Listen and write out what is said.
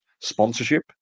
sponsorship